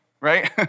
right